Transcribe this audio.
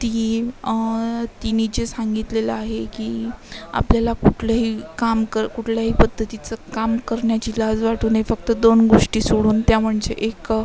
ती तिने जे सांगितलेलं आहे की आपल्याला कुठलंही काम कर कुठल्याही पद्धतीचं काम करण्याची लाज वाटू नाही फक्त दोन गोष्टी सोडून त्या म्हणजे एक